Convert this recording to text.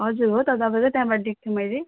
हजुर हो त तपाईँकै त्यहाँबाट लिएको थिएँ मैले